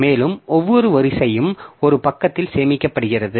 மேலும் ஒவ்வொரு வரிசையும் ஒரு பக்கத்தில் சேமிக்கப்படுகிறது